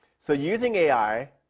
so using ai,